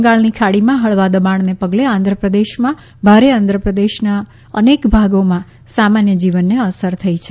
બંગાળની ખાડીમાં હળવા દબાણને પગલે આંધ્રપ્રદેશમાં ભારે આંધ્રપ્રદેશના અનેક ભાગોમાં સામાન્ય જીવનને અસર થઈ છે